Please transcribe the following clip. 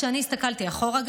כשאני הסתכלתי אחורה,